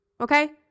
okay